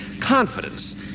confidence